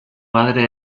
madre